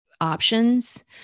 options